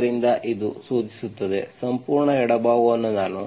ಆದ್ದರಿಂದ ಇದು ಸೂಚಿಸುತ್ತದೆ ಸಂಪೂರ್ಣ ಎಡಭಾಗವನ್ನು ನಾನು